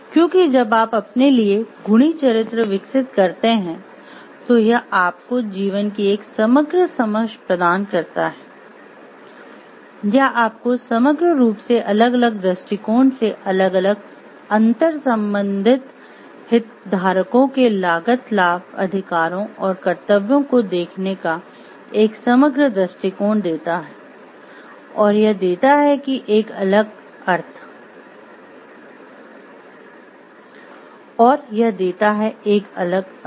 क्योंकि जब आप अपने लिए गुणी चरित्र विकसित करते हैं तो यह आपको जीवन की एक समग्र समझ प्रदान करता है यह आपको समग्र रूप से अलग अलग दृष्टिकोण से अलग अलग अंतर्संबंधित हितधारकों के लागत लाभ अधिकारों और कर्तव्यों को देखने का एक समग्र दृष्टिकोण देता है और यह देता है एक अलग अर्थ